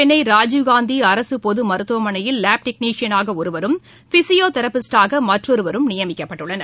சென்னை ராஜீவ் காந்தி அரசு பொது மருத்துவமனையில் லேப் டெக்னிஸியனாக ஒருவரும் பிஸியோதெரபிஸ்டாக மற்றொருவரும் நியமிக்கப்பட்டுள்ளனர்